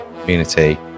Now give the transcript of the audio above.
community